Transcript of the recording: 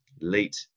late